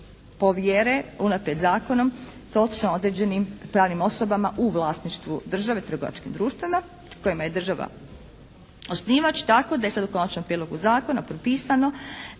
povjere unaprijed zakonom točno određenim pravnim osobama u vlasništvu države, trgovačkim društvima kojima je država osnivač, tako da je sada u konačnom prijedlogu zakona propisano